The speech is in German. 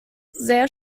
sehr